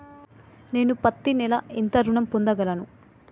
నేను పత్తి నెల ఎంత ఋణం పొందగలను?